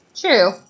True